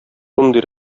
шундый